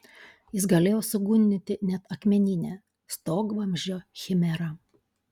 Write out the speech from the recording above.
jis galėjo sugundyti net akmeninę stogvamzdžio chimerą